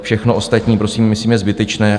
Všechno ostatní prosím je zbytečné.